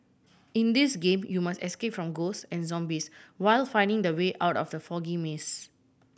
in this game you must escape from ghost and zombies while finding the way out of the foggy maze